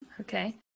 okay